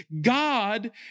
God